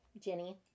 Jenny